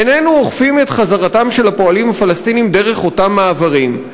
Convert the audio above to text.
"איננו אוכפים את חזרתם של הפועלים הפלסטינים דרך אותם מעברים.